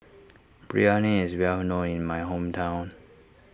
Biryani is well known in my hometown